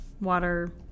water